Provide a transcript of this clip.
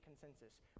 consensus